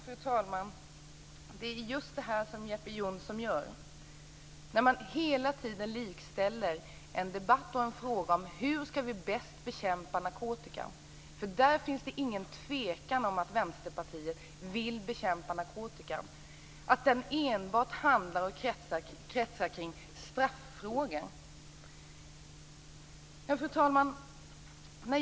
Fru talman! Jeppe Johnsson likställer hela tiden frågan om hur vi bäst bekämpar bruket av narkotika med straffrågor. Där finns det ingen tvekan om att Vänsterpartiet vill bekämpa narkotikan. Men denna fråga handlar inte enbart om straffrågan. Fru talman!